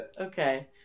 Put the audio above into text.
Okay